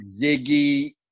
Ziggy